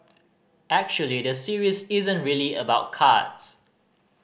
actually the series isn't really about cards